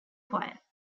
quiet